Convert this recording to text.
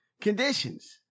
conditions